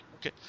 okay